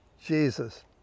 Jesus